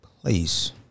place